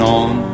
on